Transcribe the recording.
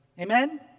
amen